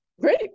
Great